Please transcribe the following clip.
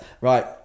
Right